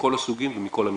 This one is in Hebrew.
מכול הסוגים ומכול המגוון.